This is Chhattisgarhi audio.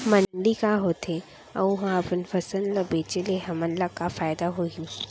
मंडी का होथे अऊ उहा अपन फसल ला बेचे ले हमन ला का फायदा होही?